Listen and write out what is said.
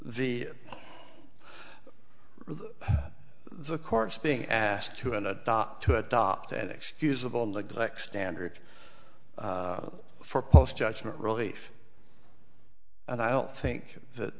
the the course being asked to and adopt to adopt an excusable neglect standard for post judgement relief and i don't think that